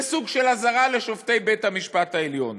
זה סוג של אזהרה לשופטי בית-המשפט העליון.